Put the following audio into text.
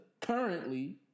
currently